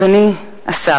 אדוני השר,